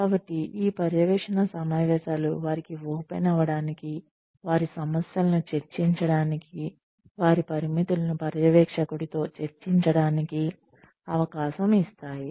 కాబట్టి ఈ పర్యవేక్షణ సమావేశాలు వారికి ఓపెన్ అవడానికి వారి సమస్యలను చర్చించడానికి వారి పరిమితులను పర్యవేక్షకుడితో చర్చించడానికి అవకాశం ఇస్తాయి